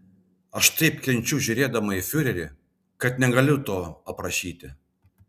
aš taip kenčiu žiūrėdama į fiurerį kad negaliu to aprašyti